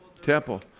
Temple